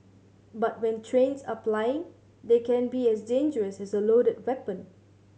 but when trains are plying they can be as dangerous as a loaded weapon